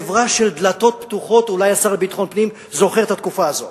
חברה של דלתות פתוחות אולי השר לביטחון פנים זוכר את התקופה הזאת,